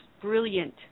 brilliant